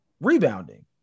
Rebounding